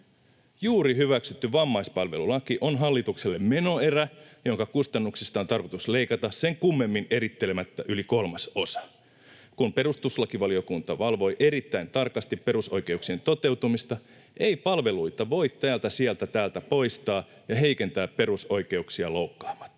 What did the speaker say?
Juuri hyväksytty vammaispalvelulaki on hallitukselle menoerä, jonka kustannuksista on tarkoitus leikata sen kummemmin erittelemättä yli kolmasosa. Kun perustuslakivaliokunta valvoi erittäin tarkasti perusoikeuksien toteutumista, ei palveluita voi sieltä täältä poistaa ja heikentää perusoikeuksia loukkaamatta.